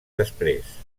després